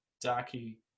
darky